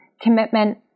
commitment